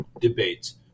debates